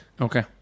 Okay